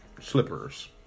Slippers